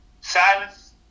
Silence